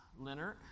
Leonard